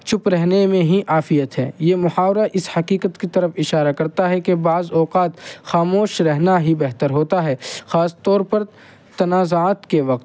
چپ رہنے میں ہی عافیت ہے یہ محاورہ اس حقیقت کی طرف اشارہ کرتا ہے کہ بعض اوقات خاموش رہنا ہی بہتر ہوتا ہے خاص طور پر تنازعات کے وقت